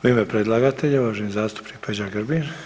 U ime predlagatelja uvaženi zastupnik Peđa Grbin.